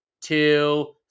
two